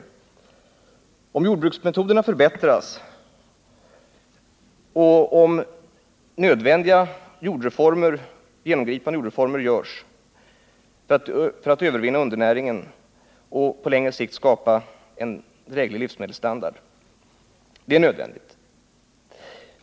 Det är nödvändigt att jordbruksmetoderna förbättras och att genomgripande jordreformer görs för att man skall övervinna undernäringen och på längre sikt skapa en dräglig livsmedelsstandard.